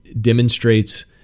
Demonstrates